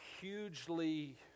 hugely